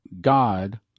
God